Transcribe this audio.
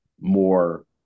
more